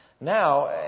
Now